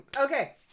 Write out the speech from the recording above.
Okay